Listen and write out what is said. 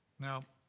now,